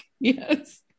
yes